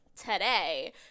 today